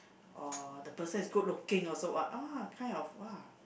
or the person is good looking also !wah! kind of !wah!